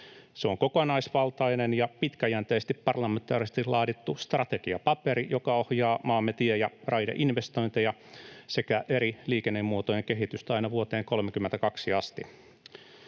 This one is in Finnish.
Se on kokonaisvaltainen ja pitkäjänteisesti parlamentaarisesti laadittu strategiapaperi, joka ohjaa maamme tie‑ ja raideinvestointeja sekä eri liikennemuotojen kehitystä aina vuoteen 32 asti.